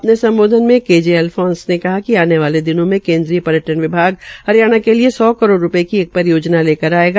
अपने सम्बोधन में के जे अल्फांस ने कहा कि आने वाले दिनों में केन्द्रीय पर्यटन् विभाग हरियाणा के लिए सौ करोड़ रूपये की परियोजना लेकर आयेगा